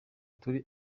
turi